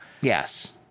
Yes